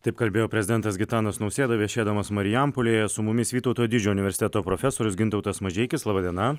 taip kalbėjo prezidentas gitanas nausėda viešėdamas marijampolėje su mumis vytauto didžiojo universiteto profesorius gintautas mažeikis laba diena